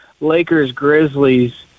Lakers-Grizzlies